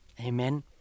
amen